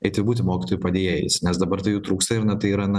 eiti būti mokytojų padėjėjais nes dabar tai jų trūksta ir na tai yra na